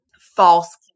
false